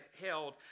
held